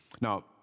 Now